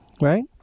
right